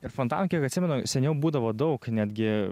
ir fontanų kiek atsimenu seniau būdavo daug netgi